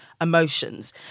emotions